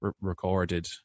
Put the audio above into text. recorded